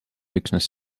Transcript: üksnes